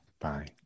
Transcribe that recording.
bye